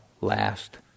last